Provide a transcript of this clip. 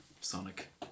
Sonic